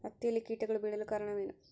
ಹತ್ತಿಯಲ್ಲಿ ಕೇಟಗಳು ಬೇಳಲು ಕಾರಣವೇನು?